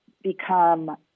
become